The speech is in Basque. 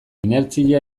inertzia